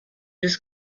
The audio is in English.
just